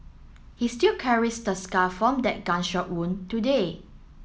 he still carries the scar from that gunshot wound today